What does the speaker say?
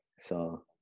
so-